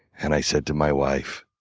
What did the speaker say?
and i said to my wife,